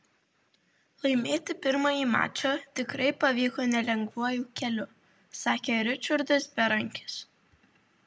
laimėti pirmąjį mačą tikrai pavyko nelengvuoju keliu sakė ričardas berankis